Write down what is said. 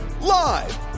Live